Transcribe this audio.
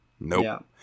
Nope